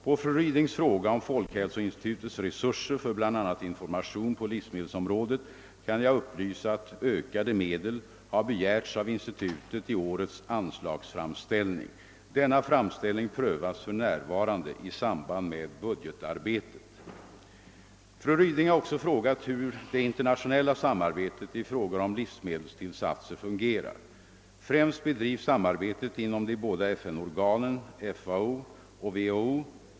På fru Rydings fråga om folkhälsoinstitutets resurser för bl.a. information på livsmedelsområdet kan jag upplysa att ökade medel har begärts av institutet i årets anslagsframställning. Denna framställning prövas för närvarande i samband med budgetarbetet. Fru Ryding har också frågat hur det internationella samarbetet i frågor om livsmedelstillsatser fungerar. Främst bedrivs samarbetet inom de båda FN-organen FAO och WHO.